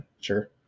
sure